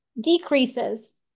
decreases